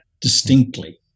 distinctly